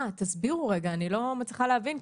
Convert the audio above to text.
אני לא מצליחה להבין,